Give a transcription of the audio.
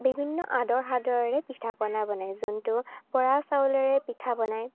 বিভিন্ন আদৰ সাদৰেৰে পিঠা পনা বনায় যোনটো বৰা চাউলেৰে পিঠা বনায়